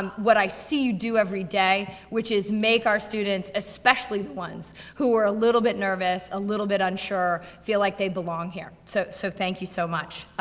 um what i see you do every day, which is make our students, especially the ones, who are a little bit nervous, a little bit unsure, feel like they belong here. so so thank you so much.